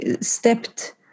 stepped